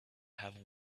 have